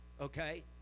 Okay